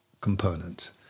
components